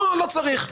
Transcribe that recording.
לא צריך.